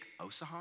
Osahan